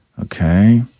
Okay